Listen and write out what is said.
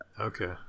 Okay